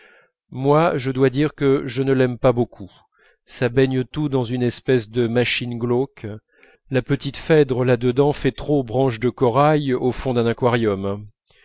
moi je dois dire que je ne l'aime pas beaucoup ça baigne tout dans une espèce de machine glauque la petite phèdre là dedans fait trop branche de corail au fond d'un aquarium